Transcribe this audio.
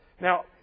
Now